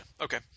Okay